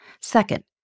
Second